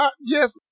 yes